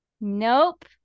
nope